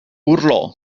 urlò